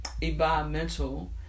environmental